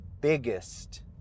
biggest